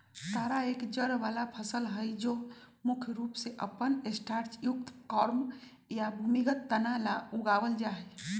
तारा एक जड़ वाला फसल हई जो मुख्य रूप से अपन स्टार्चयुक्त कॉर्म या भूमिगत तना ला उगावल जाहई